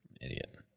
Idiot